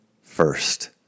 first